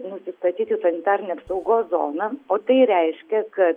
nusistatyti sanitarinę apsaugos zoną o tai reiškia kad